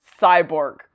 cyborg